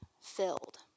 filled